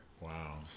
Wow